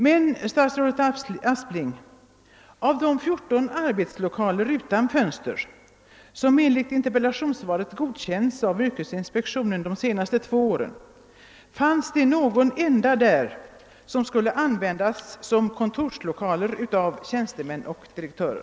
Men, statsrådet Aspling, fanns det bland dessa 14 arbetslokaler utan fönster, som enligt interpellationssvaret under de senaste två åren godkänts av yrkesinspektionen, någon enda som skulle användas som kontorslokal av tjänstemän och direktörer?